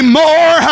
more